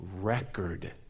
record